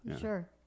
Sure